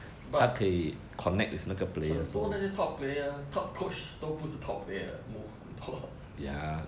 but 很多那些 top player top coach 都不是 top player mo~ duo